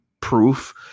proof